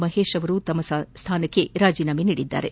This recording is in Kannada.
ಮಹೇತ್ ಅವರು ತಮ್ಮ ಸ್ವಾನಕ್ಕೆ ರಾಜೀನಾಮೆ ನೀಡಿದ್ದಾರೆ